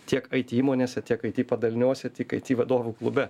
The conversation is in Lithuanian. tiek aiti įmonėse tiek aiti padaliniuose tik aiti vadovų klube